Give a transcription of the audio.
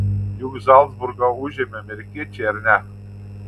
juk zalcburgą užėmė amerikiečiai ar ne